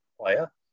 player